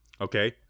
Okay